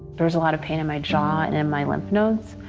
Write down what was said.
there was a lot of pain in my jaw and and my lymph nodes.